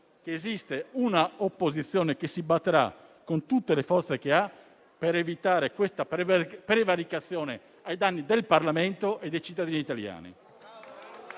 che esiste un'opposizione che si batterà con tutte le forze che ha per evitare questa prevaricazione ai danni del Parlamento e dei cittadini italiani.